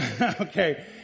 Okay